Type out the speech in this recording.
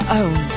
own